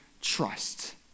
trust